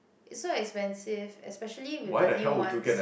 it's so expensive especially with the new ones